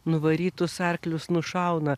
nuvarytus arklius nušauna